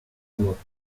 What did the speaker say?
motte